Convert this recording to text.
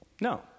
No